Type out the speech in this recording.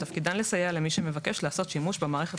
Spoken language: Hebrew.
שתפקידן לסייע למי שמבקש לעשות שימוש במערכת